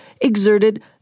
exerted